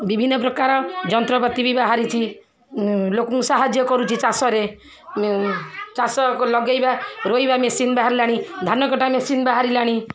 ବିଭିନ୍ନ ପ୍ରକାର ଯନ୍ତ୍ରପାତି ବି ବାହାରିଛି ଲୋକଙ୍କୁ ସାହାଯ୍ୟ କରୁଛି ଚାଷରେ ଚାଷ ଲଗେଇବା ରୋଇବା ମେସିନ୍ ବାହାରିଲାଣି ଧାନକଟା ମେସିନ୍ ବାହାରିଲାଣି